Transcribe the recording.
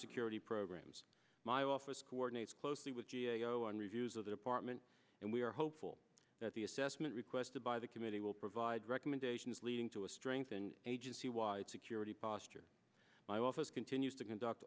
security programs my office coordinates closely with g a o and reviews of the department and we are hopeful that the assessment requested by the committee will provide recommendations leading to a strengthened agency wide security posture my office continues to conduct